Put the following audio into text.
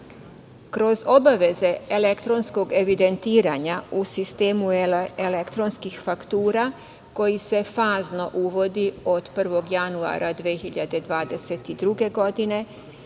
obaveze elektronskog evidentiranja u sistemu elektronskih faktura, koji se fazno uvodi od 1. januara 2022. godine,